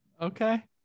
Okay